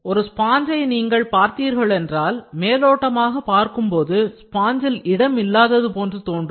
ஒரு ஸ்பாஞ்சை நீங்கள் பார்த்தீர்கள் என்றால் மேலோட்டமாக பார்க்கும்போது ஸ்பாஞ்சில் இடம் இல்லாதது போன்று தோன்றும்